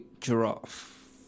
giraffe